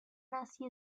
nazi